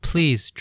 Please